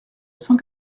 cent